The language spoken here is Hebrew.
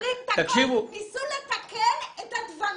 ניסו לתקן את הדברים,